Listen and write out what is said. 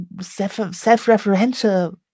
self-referential